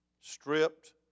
Stripped